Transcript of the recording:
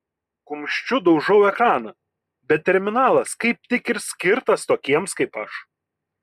kumščiu daužau ekraną bet terminalas kaip tik ir skirtas tokiems kaip aš